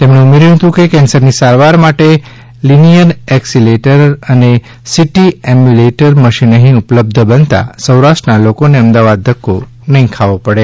તેમણે ઉમેર્યું હતું કે કેન્સરની સારવાર માટે લિનિયર એક્સીલિરેટર અને સિટી સિમ્યુલેટર મશીન અહી ઉપલબ્ધ બનતા સૌરાષ્ટ્રના લોકોને અમદાવાદ ધક્કો નહીં ખાવો પડે